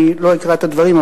אני לא אקרא את הדברים,